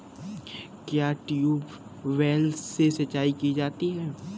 क्या ट्यूबवेल से सिंचाई की जाती है?